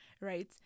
right